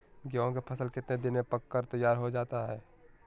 गेंहू के फसल कितने दिन में पक कर तैयार हो जाता है